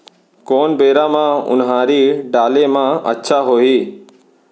कोन बेरा म उनहारी डाले म अच्छा होही?